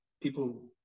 people